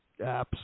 apps